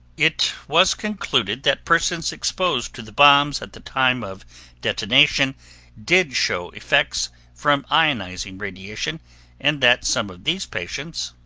it was concluded that persons exposed to the bombs at the time of detonation did show effects from ionizing radiation and that some of these patients,